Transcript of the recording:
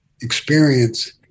experience